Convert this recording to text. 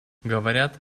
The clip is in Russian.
говорят